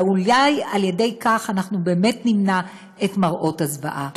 ואולי על ידי כך אנחנו באמת נמנע את מראות הזוועה.